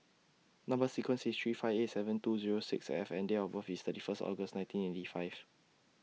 Number sequence IS three five eight seven two Zero six F and Date of birth IS thirty First August nineteen eighty five